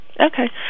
Okay